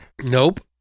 Nope